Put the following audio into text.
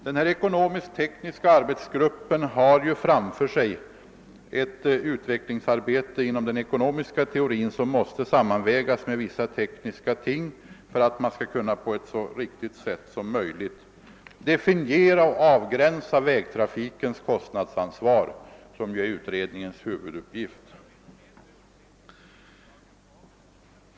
Denna ekonomisk-tekniska arbetsgrupp har framför sig ett utredningsarbete inom den ekonomiska teorin som måste sammanvägas med vissa tekniska ting för att man på ett så riktigt sätt som möjligt skall kunna definiera och avgränsa vägtrafikens kostnadsansvar, vilket är utredningens huvuduppgift.